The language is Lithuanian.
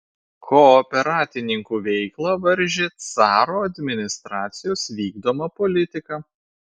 kooperatininkų veiklą varžė caro administracijos vykdoma politika